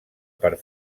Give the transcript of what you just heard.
per